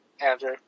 Andrew